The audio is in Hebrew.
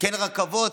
כן רכבות,